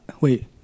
wait